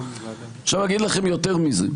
יותר מזה,